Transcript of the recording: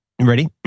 Ready